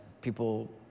People